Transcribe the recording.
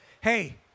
hey